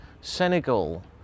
Senegal